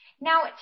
Now